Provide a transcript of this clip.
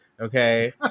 okay